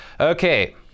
okay